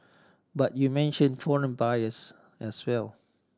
but you mentioned foreign buyers as well